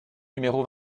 numéro